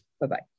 Bye-bye